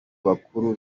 bakuru